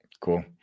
Cool